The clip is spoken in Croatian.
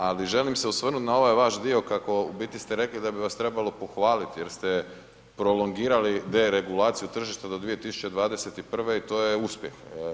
Ali želim se osvrnuti na ovaj vaš dio kako u biti ste rekli da bi vas trebalo pohvaliti jer ste prolongirali deregulaciju tržišta do 2021. i to je uspjeh.